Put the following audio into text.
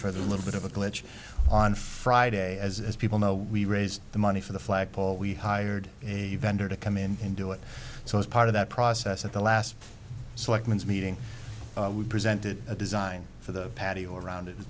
for the little bit of a glitch on friday as people know we raised the money for the flagpole we hired a vendor to come in and do it so as part of that process at the last selectmen meeting we presented a design for the patio around it bas